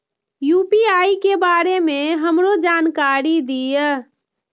UPI के बारे में हमरो जानकारी दीय?